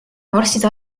arstid